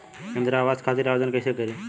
इंद्रा आवास खातिर आवेदन कइसे करि?